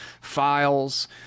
files